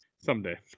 someday